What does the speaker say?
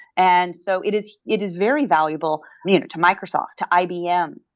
and so it is it is very valuable to microsoft, to ibm,